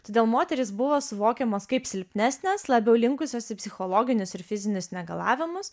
todėl moterys buvo suvokiamos kaip silpnesnės labiau linkusios į psichologinius ir fizinius negalavimus